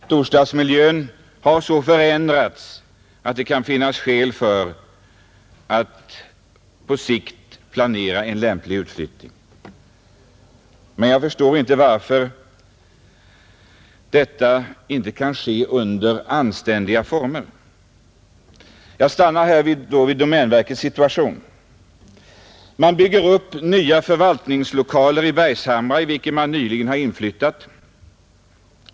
Storstadsmiljön har så förändrats att det kan finnas skäl att på sikt planera en lämplig utflyttning. Men jag förstår inte varför den inte kan ske under anständiga former. Jag stannar här vid domänverkets situation. Verket har byggt nya förvaltningslokaler i Bergshamra och nyligen flyttat in i dem.